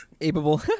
able